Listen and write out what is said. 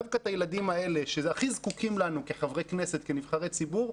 דווקא הילדים האלה שהכי זקוקים לנו כחברי כנסת ונבחרי ציבור,